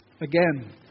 Again